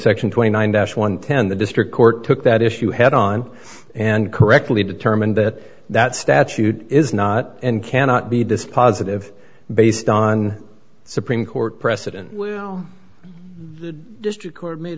section twenty nine dash one hundred and ten the district court took that issue head on and correctly determined that that statute is not and cannot be dispositive based on supreme court precedent well the district court made